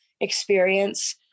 experience